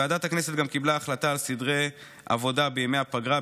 ועדת הכנסת גם קיבלה החלטה על סדרי עבודה בימי הפגרה.